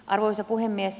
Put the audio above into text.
arvoisa puhemies